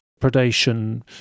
predation